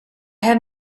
have